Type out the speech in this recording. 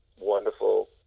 wonderful